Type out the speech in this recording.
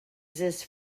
exists